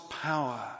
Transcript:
power